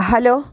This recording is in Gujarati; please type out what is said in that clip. a hello